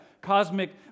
cosmic